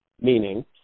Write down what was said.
Meaning